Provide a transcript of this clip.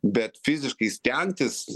bet fiziškai stengtis